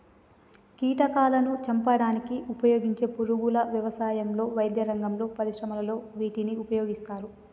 కీటకాలాను చంపడానికి ఉపయోగించే పురుగుల వ్యవసాయంలో, వైద్యరంగంలో, పరిశ్రమలలో వీటిని ఉపయోగిస్తారు